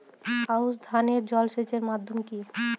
আউশ ধান এ জলসেচের মাধ্যম কি?